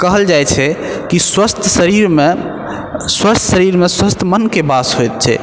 कहल जाइ छै कि स्वस्थ्य शरीरमे स्वस्थ्य शरीरमे स्वस्थ्य मनके वास होइत छै